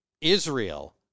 Israel